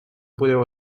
podeu